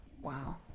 Wow